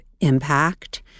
impact